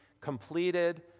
completed